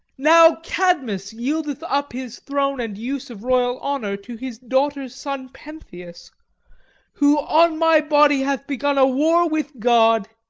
now cadmus yieldeth up his throne and use of royal honour to his daughter's son pentheus who on my body hath begun a war with god.